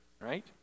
right